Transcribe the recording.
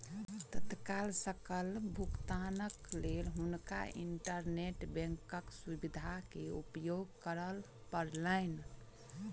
तत्काल सकल भुगतानक लेल हुनका इंटरनेट बैंकक सुविधा के उपयोग करअ पड़लैन